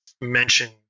mention